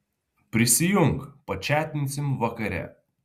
prisijunk pačatinsim vakare